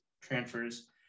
transfers